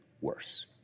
worse